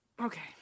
Okay